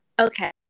Okay